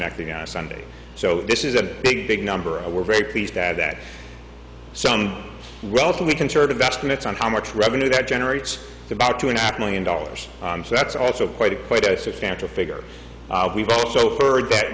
connecting our sunday so this is a big big number and we're very pleased that that some relatively conservative estimates on how much revenue that generates about two and a half million dollars so that's also quite a quite a substantial figure we've also heard that